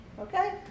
Okay